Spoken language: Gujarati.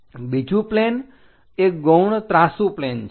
બીજું પ્લેન એ ગૌણ ત્રાંસુ પ્લેન છે